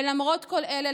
ולמרות כל אלה,